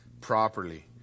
properly